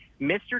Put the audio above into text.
Mr